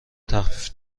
تخفیف